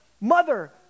mother